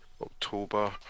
October